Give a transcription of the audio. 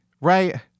right